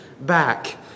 back